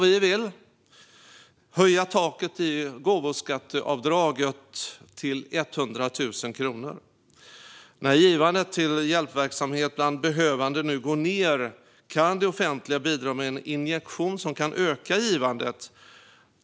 Vi vill höja taket i gåvoskatteavdraget till 100 000 kronor. När givandet till hjälpverksamhet bland behövande nu går ned kan det offentliga bidra med en injektion som kan öka givandet.